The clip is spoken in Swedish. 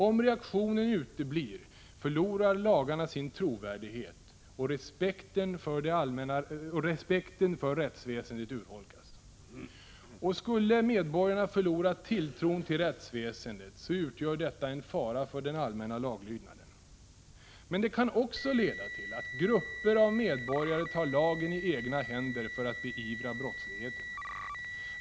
Om reaktionen uteblir förlorar lagarna sin trovärdighet och respekten för rättsväsendet urholkas. Skulle medborgarna förlora tilltron till rättsväsendet utgör detta en fara för den allmänna laglydnaden. Men det kan också leda till att grupper av medborgare tar lagen i egna händer för att beivra brottsligheten.